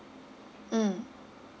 mm